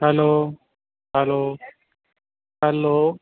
hello hello hello